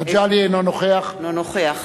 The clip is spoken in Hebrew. אינו נוכח